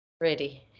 ready